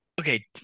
Okay